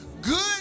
good